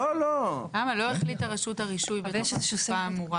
לא החליטה רשות הרישוי בתוך התקופה האמורה,